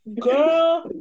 Girl